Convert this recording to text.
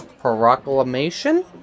Proclamation